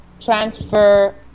transfer